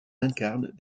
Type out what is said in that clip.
incarnent